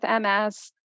MS